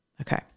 Okay